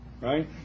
right